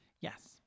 Yes